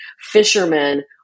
fishermen